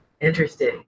Interesting